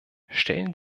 stellen